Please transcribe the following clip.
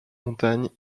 montagnes